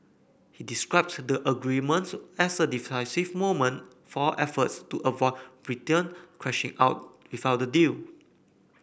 he described the agreements as a decisive moment for efforts to avoid Britain crashing out without a deal